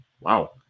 Wow